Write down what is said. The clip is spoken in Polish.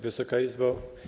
Wysoka Izbo!